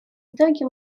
итоге